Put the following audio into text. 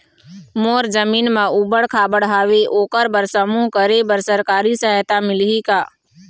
मोर जमीन म ऊबड़ खाबड़ हावे ओकर बर समूह करे बर सरकारी सहायता मिलही का?